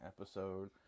episode